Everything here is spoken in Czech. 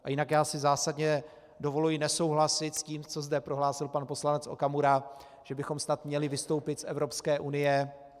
A jinak, já si zásadně dovoluji nesouhlasit s tím, co zde prohlásil pan poslanec Okamura, že bychom snad měli vystoupit z Evropské unie.